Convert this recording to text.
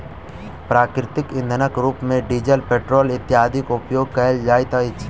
प्राकृतिक इंधनक रूप मे डीजल, पेट्रोल इत्यादिक उपयोग कयल जाइत अछि